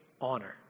Honor